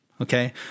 okay